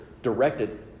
directed